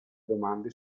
domande